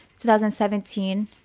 2017